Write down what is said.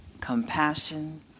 compassion